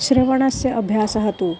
श्रवणस्य अभ्यासः तु